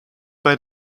bei